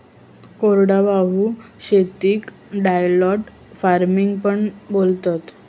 कोरडवाहू शेतीक dryland farming पण बोलतात